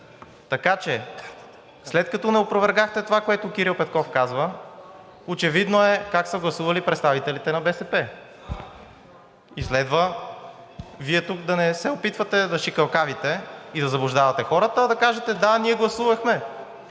Така че, след като не опровергахте това, което Кирил Петков казва, очевидно е как са гласували представителите на БСП. И следва Вие тук да не се опитвате да шикалкавите и да заблуждавате хората, а да кажете – да, ние гласувахме,